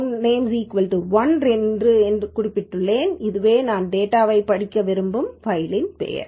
names1 என குறிப்பிட்டுள்ளேன் இதுவே நான் டேட்டாவைப் படிக்க விரும்பும் ஃபைல்ப் பெயர்